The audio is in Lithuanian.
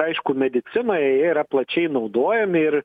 aišku medicinoje jie yra plačiai naudojami ir